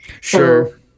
sure